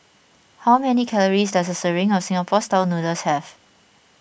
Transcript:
how many calories does a serving of Singapore Style Noodles have